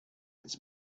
its